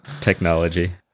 Technology